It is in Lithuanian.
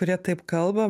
kurie taip kalba